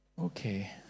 Okay